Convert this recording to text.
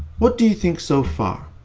what do you think so far?